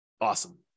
Awesome